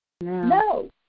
No